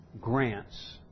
grants